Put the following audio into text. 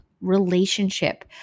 relationship